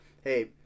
Hey